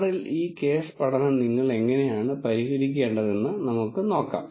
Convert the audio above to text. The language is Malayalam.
R ൽ ഈ കേസ് പഠനം നിങ്ങൾ എങ്ങനെയാണ് പരിഹരിക്കേണ്ടതെന്ന് നമുക്ക് നോക്കാം